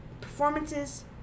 performances